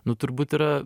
nu turbūt yra